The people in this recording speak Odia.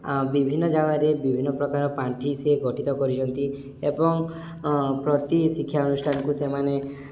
ଆ ବିଭିନ୍ନ ଜାଗାରେ ବିଭିନ୍ନ ପ୍ରକାର ପାଣ୍ଠି ସିଏ ଗଠିତ କରିଛନ୍ତି ଏବଂ ପ୍ରତି ଶିକ୍ଷା ଅନୁଷ୍ଠାନକୁ ସେମାନେ